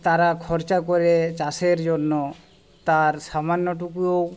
তারা খরচা করে চাষের জন্য তার সামান্যটুকুও